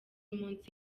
munsi